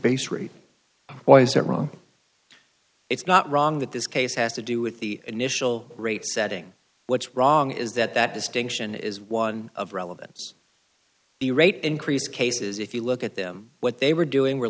base rate why is it wrong it's not wrong that this case has to do with the initial rate setting what's wrong is that that distinction is one of relevance the rate increase cases if you look at them what they were doing were